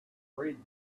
breed